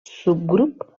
subgrup